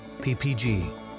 PPG